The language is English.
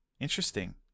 Interesting